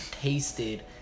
tasted